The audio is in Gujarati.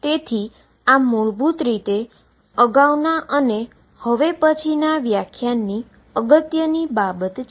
તેથી આ મૂળભૂત રીતે અગાઉના અને હવે પછીના વ્યાખ્યાનની અગત્યની બાબત છે